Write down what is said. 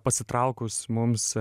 pasitraukus mums